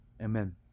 Amen